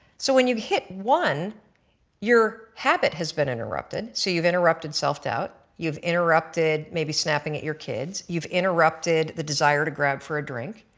so when you hit one your habit has been interrupted so you've interrupted self-doubt, you've interrupted maybe snapping at your kids, you've interrupted the desire to grab for drink,